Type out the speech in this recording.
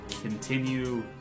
continue